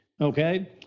Okay